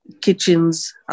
kitchens